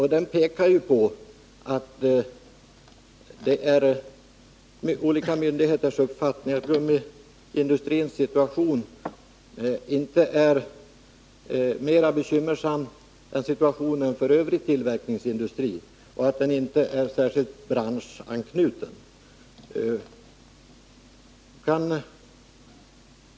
I den påpekas att olika myndigheters uppfattning är att industrins situation ”inte är mer bekymmersam än situationen för övrig tillverkningsindustri samt att den inte är särskilt branschanknuten”.